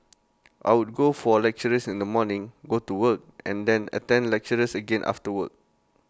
I would go for A lectures in the morning go to work and then attend lectures again after work